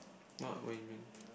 what what you mean